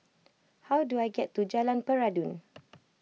how do I get to Jalan Peradun